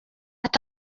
iti